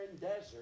desert